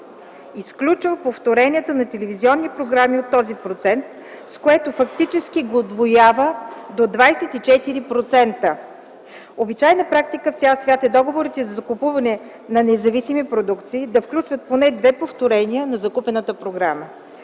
Изключва повторенията на телевизионни програми от този процент, с което фактически го удвоява до 24%. Обичайна практика в цял свят е договорите за закупуване на независими продукти да включват поне две повторения на закупената програма.